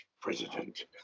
president